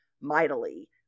mightily